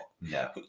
no